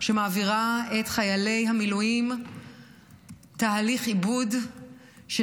שמעבירה את חיילי המילואים תהליך עיבוד של